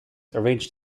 arranged